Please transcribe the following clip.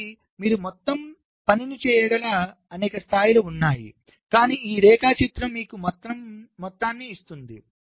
కాబట్టి మీరు మొత్తం పనిని చేయగల అనేక స్థాయిలు ఉన్నాయి కానీ ఈ రేఖాచిత్రం మీకు మొత్తం చిత్రాన్ని ఇస్తుంది